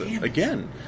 again